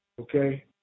okay